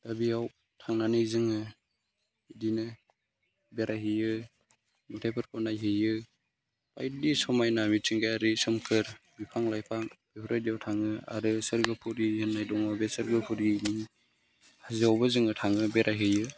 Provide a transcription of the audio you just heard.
दा बेयाव थांनानै जोङो बिदिनो बेरायहैयो अन्थायफोरखौ नायहैयो बायदि समायना मिथिंगायारि सोमखोर बिफां लाइफां बेफोरबायदियाव थाङो आरो सोरगोफुरि होननाय दङ बे सोरगोफुरिनि हाजोआवबो जोङो थाङो बेरायहैयो